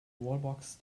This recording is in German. wallbox